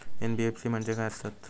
NBFC म्हणजे खाय आसत?